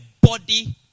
body